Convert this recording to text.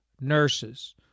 nurses